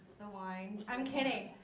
the wine. i'm kidding!